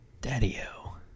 Daddy-o